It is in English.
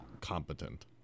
competent